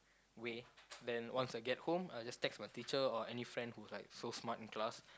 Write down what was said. way then once I get home I will just text my teacher or any friend who is like so smart in class